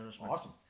Awesome